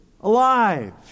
alive